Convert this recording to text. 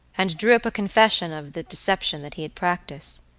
and drew up a confession of the deception that he had practiced.